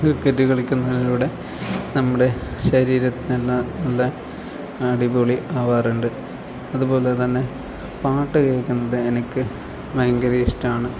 cricket കളിക്കുന്നതിലൂടെ നമ്മുടെ ശരീരത്തിന് തന്നെ എല്ലാം അടിപൊളി ആകാറുണ്ട് അതുപോലെ തന്നെ പാട്ട് കേൾക്കുന്നത് എനിക്ക് ഭയങ്കര ഇഷ്ടമാണ്